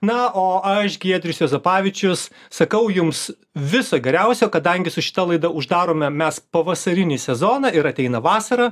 na o aš giedrius juozapavičius sakau jums viso geriausio kadangi su šita laida uždarome mes pavasarinį sezoną ir ateina vasara